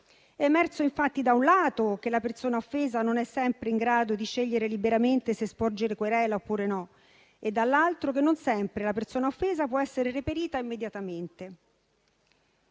È emerso, infatti, da un lato che la persona offesa non è sempre in grado di scegliere liberamente se sporgere querela oppure no e dall'altro che non sempre la persona offesa può essere reperita immediatamente.